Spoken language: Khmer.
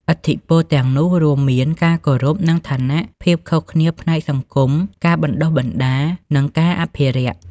ឥទ្ធិពលទាំងនោះរួមមាន ការគោរព និងឋានៈ ភាពខុសគ្នាផ្នែកសង្គម ការបណ្តុះបណ្តាល និងការអភិរក្ស។